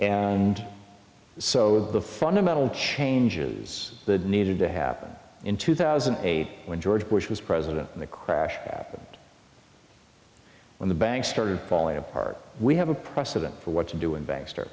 and so the fundamental changes that needed to happen in two thousand and eight when george bush was president in the crash when the banks started falling apart we have a precedent for what to do in